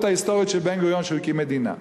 ההיסטורית של בן-גוריון היא שהוא הקים מדינה.